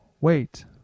wait